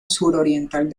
suroriental